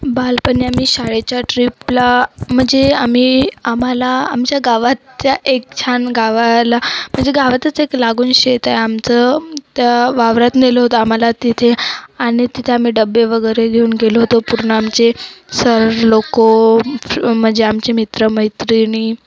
बालपणी आम्ही शाळेच्या ट्रिपला म्हणजे आम्ही आम्हाला आमच्या गावातल्या एक छान गावाला म्हणजे गावातच एक लागून शेत आहे आमचं त्या वावरात नेलं होतं आम्हाला तिथे आणि तिथे आम्ही डबे वगैरे घेऊन गेलो होतो पूर्ण आमचे सर लोक म्हणजे आमचे मित्र मैत्रिणी